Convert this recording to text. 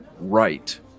right